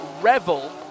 revel